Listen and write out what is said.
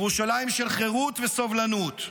ירושלים של חירות וסובלנות,